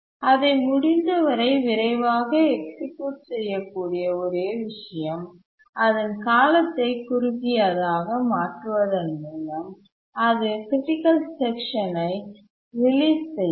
அதை முடிந்தவரை விரைவாக எக்சிக்யூட் செய்யக்கூடிய ஒரே விஷயம் அதன் காலத்தை குறுகியதாக மாற்றுவதன் மூலம் அது க்ரிட்டிக்கல் செக்ஷன் யை ரிலீஸ் செய்யும்